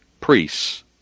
priests